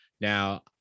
Now